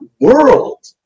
world